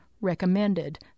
recommended